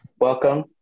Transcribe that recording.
welcome